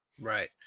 Right